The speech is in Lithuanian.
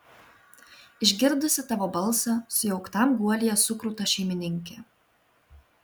išgirdusi tavo balsą sujauktam guolyje sukruta šeimininkė